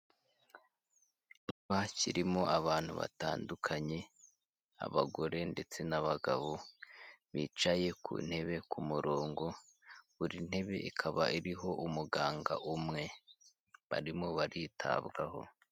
Icyumba kirimo abantu batandukanye abagore ndetse n'abagabo bicaye ku ntebe ku murongo, buri ntebe ikaba iriho umuganga umwe barimo baritabwaho.